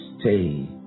Stay